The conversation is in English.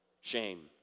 shame